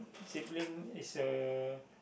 sibling is uh